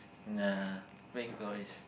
uh